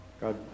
God